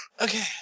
Okay